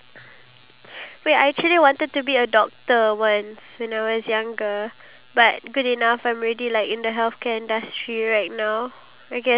because what's more important is like so what if you're married if you're married and you're not having a good time with your partner then you know marriage is just marriage marriage is just you signing the